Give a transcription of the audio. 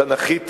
תנ"כית,